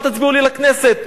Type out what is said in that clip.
אל תצביעו לי לכנסת.